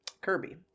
Kirby